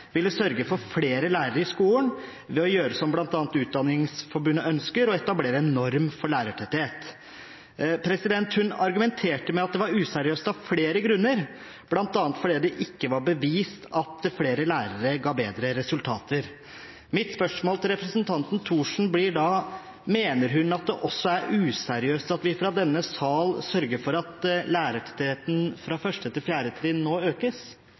ville sørge for flere lærere i skolen ved å gjøre som bl.a. Utdanningsforbundet ønsker: å etablere en norm for lærertetthet. Hun argumenterte med at det var useriøst av flere grunner, bl.a. fordi det ikke var bevist at flere lærere ga bedre resultater. Mitt spørsmål til representanten Thorsen blir da: Mener hun det også er useriøst at vi fra denne sal sørger for at lærertettheten fra 1. til 4. trinn nå økes?